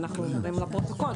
ואנחנו אומרים לפרוטוקול,